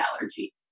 allergy